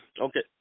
Okay